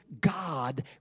God